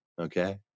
Okay